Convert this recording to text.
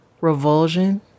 revulsion